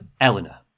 Eleanor